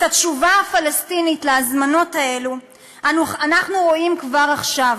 את התשובה הפלסטינית להזמנות האלו אנחנו רואים כבר עכשיו: